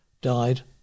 died